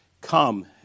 Come